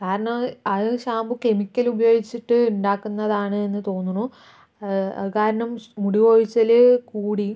കാരണം അത് അത് ഷാമ്പു കെമിക്കൽ ഉപയോഗിച്ചിട്ട് ഉണ്ടാക്കുന്നതാണ് എന്ന് തോന്നണു അത് കാരണം മുടി കൊഴിച്ചില് കൂടി